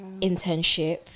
Internship